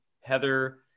Heather